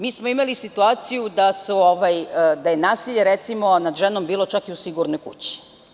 Mi smo imali situaciju da je nasilje, recimo, nad ženom bilo čak i u sigurnoj kući.